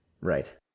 Right